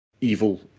evil